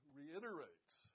reiterates